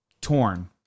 torn